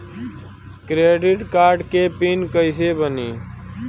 Credit card के PIN कैसे बनी?